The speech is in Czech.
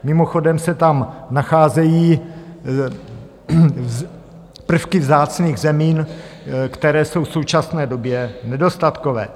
Mimochodem se tam nacházejí prvky vzácných zemin, které jsou v současné době nedostatkové.